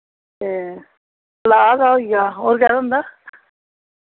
एह् पलाह् दा होई गेआ होर कैह्दा होंदा